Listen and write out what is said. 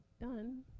done